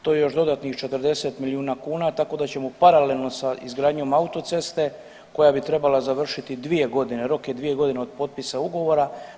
To je još dodatnih 40 milijuna kuna tako da ćemo paralelno sa izgradnjom autoceste koja bi trebala završiti dvije godine, rok je dvije godine od potpisa ugovora.